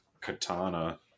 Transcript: katana